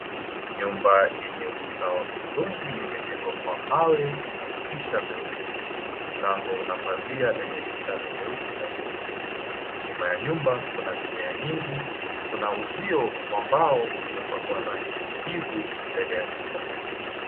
Nyumba yenye ukuta wa hudhurungi imejengwa kwa mawe na madirisha meupe. Mlango una pazia lenye mistari meusi na meupe. Nyuma ya nyumba kuna mimea mingi kuna uzio ambao uliopakwa rangi ya kijivu mbele ya nyumba.